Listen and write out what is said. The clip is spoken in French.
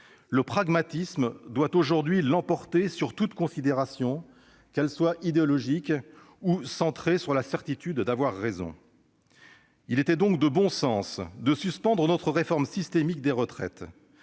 le pragmatisme doit aujourd'hui l'emporter sur toute considération, que celle-ci soit idéologique ou centrée sur la certitude d'avoir raison. Il était donc de bon sens de suspendre notre réforme systémique des retraites.